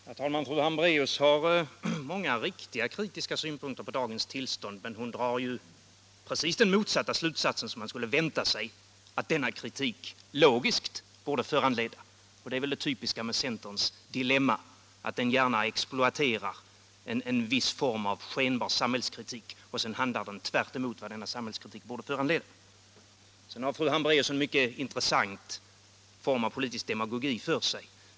Herr talman! Fru Hambraeus har många riktiga, kritiska synpunkter på dagens tillstånd, men hon drar precis motsatt slutsats mot vad man skulle vänta sig att denna kritik logiskt borde föranleda. Och det är väl det typiska med centerns dilemma att man gärna exploaterar en viss form av skenbar samhällskritik och sedan handlar tvärtemot vad denna samhällskritik borde leda till. Nr 134 Sedan har fru Hambraeus en mycket intressant form av politisk de Tisdagen den magogi för sig.